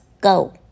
go